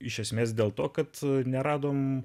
iš esmės dėl to kad neradome